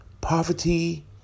Poverty